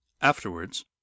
Afterwards